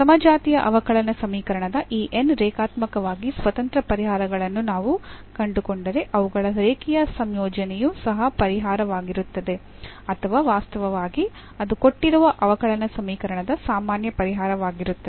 ಸಮಜಾತೀಯ ಅವಕಲನ ಸಮೀಕರಣದ ಈ n ರೇಖಾತ್ಮಕವಾಗಿ ಸ್ವತಂತ್ರ ಪರಿಹಾರಗಳನ್ನು ನಾವು ಕಂಡುಕೊಂಡರೆ ಅವುಗಳ ರೇಖೀಯ ಸಂಯೋಜನೆಯು ಸಹ ಪರಿಹಾರವಾಗಿರುತ್ತದೆ ಅಥವಾ ವಾಸ್ತವವಾಗಿ ಅದು ಕೊಟ್ಟಿರುವ ಅವಕಲನ ಸಮೀಕರಣದ ಸಾಮಾನ್ಯ ಪರಿಹಾರವಾಗಿರುತ್ತದೆ